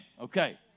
Okay